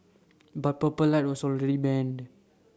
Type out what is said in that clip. but purple light was already banned